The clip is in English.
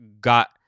got